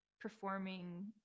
performing